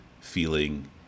feeling